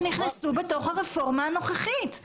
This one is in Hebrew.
שנכנסו ברפורמה הנוכחית,